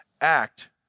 act